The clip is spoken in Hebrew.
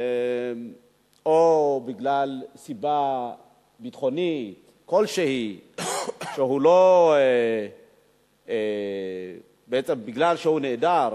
או בגלל סיבה ביטחונית כלשהי בעצם הוא נעדר,